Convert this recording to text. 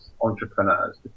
entrepreneurs